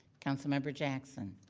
councilmember jackson.